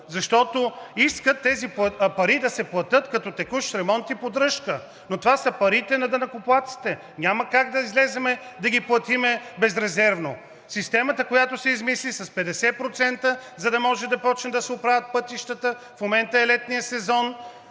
защото искат тези пари да се платят като текущ ремонт и поддръжка! Но това са парите на данъкоплатците – няма как да излезем да ги платим безрезервно! Системата, която се измисли с 50%, за да може да започнат да се оправят пътищата – в момента е летният сезон,